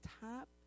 top